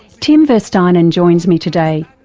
tim verstynen joins me today.